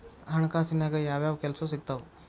ಹಣಕಾಸಿನ್ಯಾಗ ಯಾವ್ಯಾವ್ ಕೆಲ್ಸ ಸಿಕ್ತಾವ